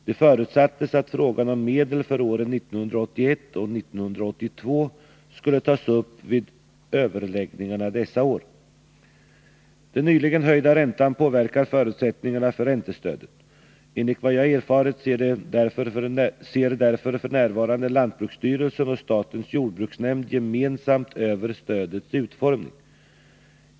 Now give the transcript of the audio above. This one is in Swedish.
Det förutsattes att frågan om medel för åren 1981 och 1982 skulle tas upp vid överläggningarna dessa år. Den nyligen höjda räntan påverkar förutsättningarna för räntestödet. Enligt vad jag erfarit ser därför f.n. lantbruksstyrelsen och statens jordbruksnämnd gemensamt över stödets utformning.